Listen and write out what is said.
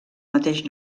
mateix